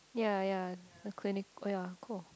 ya ya the clinic ya cool